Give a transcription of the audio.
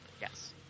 yes